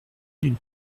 d’une